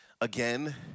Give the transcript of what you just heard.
again